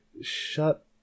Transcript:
shut